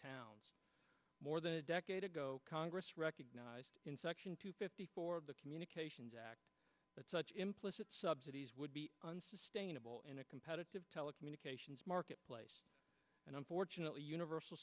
towns more than a decade ago congress recognized in section fifty four of the communications act that such implicit subsidies would be unsustainable in a competitive telecommunications marketplace and unfortunately universal